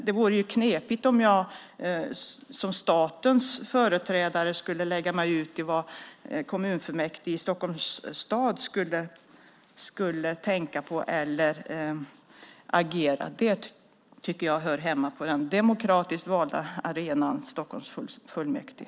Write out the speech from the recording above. Det vore knepigt om jag som statens företrädare skulle lägga mig i hur kommunfullmäktige i Stockholms stad tänker eller agerar. Det tycker jag hör hemma på den demokratiskt valda arenan Stockholms fullmäktige.